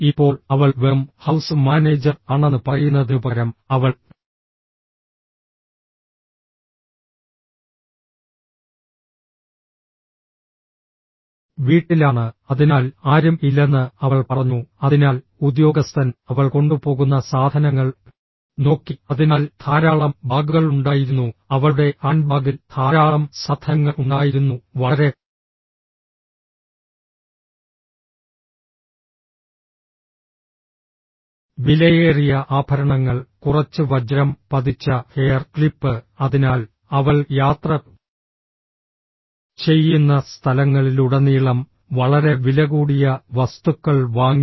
ഇപ്പോൾ അവൾ വെറും ഹൌസ് മാനേജർ ആണെന്ന് പറയുന്നതിനുപകരം അവൾ വീട്ടിലാണ് അതിനാൽ ആരും ഇല്ലെന്ന് അവൾ പറഞ്ഞു അതിനാൽ ഉദ്യോഗസ്ഥൻ അവൾ കൊണ്ടുപോകുന്ന സാധനങ്ങൾ നോക്കി അതിനാൽ ധാരാളം ബാഗുകൾ ഉണ്ടായിരുന്നു അവളുടെ ഹാൻഡ്ബാഗിൽ ധാരാളം സാധനങ്ങൾ ഉണ്ടായിരുന്നു വളരെ വിലയേറിയ ആഭരണങ്ങൾ കുറച്ച് വജ്രം പതിച്ച ഹെയർ ക്ലിപ്പ് അതിനാൽ അവൾ യാത്ര ചെയ്യുന്ന സ്ഥലങ്ങളിലുടനീളം വളരെ വിലകൂടിയ വസ്തുക്കൾ വാങ്ങി